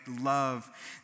love